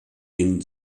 den